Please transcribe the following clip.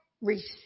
receive